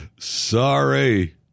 Sorry